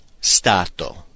STATO